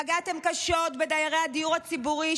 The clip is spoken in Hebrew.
פגעתם קשות בדיירי הדיור הציבורי,